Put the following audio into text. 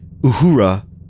Uhura